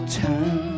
time